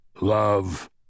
Love